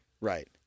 Right